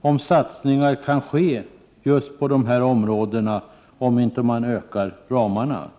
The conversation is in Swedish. om satsningar kan göras just på de här områdena, om man inte utökar ramarna.